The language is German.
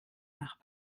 nach